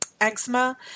eczema